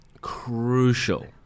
Crucial